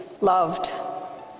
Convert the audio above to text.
loved